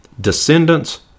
descendants